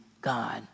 God